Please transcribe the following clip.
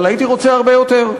אבל הייתי רוצה הרבה יותר.